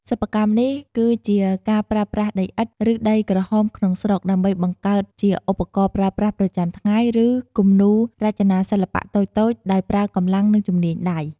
សិប្បកម្មនេះគឺជាការប្រើប្រាស់ដីឥដ្ឋ ឬដីក្រហមក្នុងស្រុក ដើម្បីបង្កើតជាឧបករណ៍ប្រើប្រាស់ប្រចាំថ្ងៃ ឬគំនូររចនាសិល្បៈតូចៗ ដោយប្រើកម្លាំងនិងជំនាញដៃ។